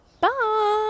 Bye